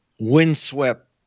windswept